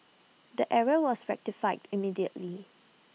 the error was rectified immediately